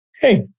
Hey